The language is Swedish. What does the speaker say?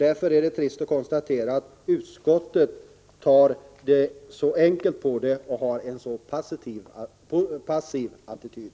Därför är det trist att konstatera att utskottet tar så enkelt på vårt förslag och intar en så passiv attityd.